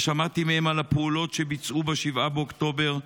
ושמעתי מהם על הפעולות שביצעו ב-7 באוקטובר,